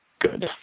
good